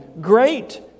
Great